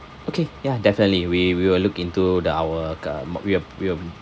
okay ya definitely we will look into the our uh mo~ we will we will